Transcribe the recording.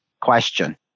question